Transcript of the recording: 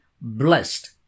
blessed